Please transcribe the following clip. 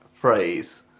phrase